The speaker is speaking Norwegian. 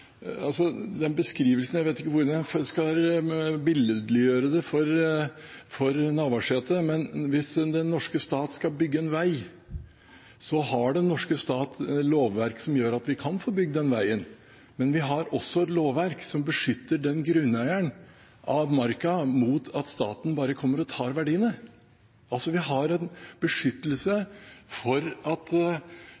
ikke hvordan jeg skal billedliggjøre det for Navarsete, men hvis den norske stat skal bygge en vei, så har den norske stat et lovverk som gjør at vi kan få bygd den veien, men vi har også et lovverk som beskytter grunneieren av marka mot at staten bare kommer og tar verdiene. Vi har altså en beskyttelse mot at